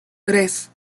tres